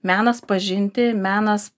menas pažinti menas